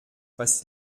was